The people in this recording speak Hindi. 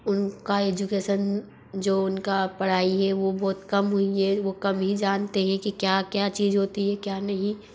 उनका एजुकेसन जो उनका पढ़ाई है वो बहुत कम हुई है वो कम ही जानते है कि क्या क्या चीज़ होती है क्या नहीं